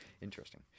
interesting